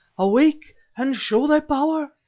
awake and show thy power.